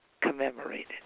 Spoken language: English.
commemorated